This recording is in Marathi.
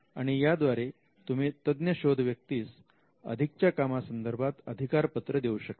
आणि याद्वारे तुम्ही तज्ञ शोध व्यक्तीस अधिकच्या कामासंदर्भात अधिकारपत्र देऊ शकता